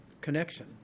connection